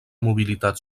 mobilitat